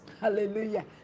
Hallelujah